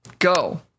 Go